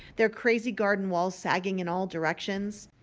their crazy garden walls sagging in all directions?